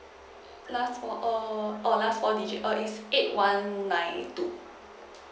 last four err oh last four digit it's eight one nine two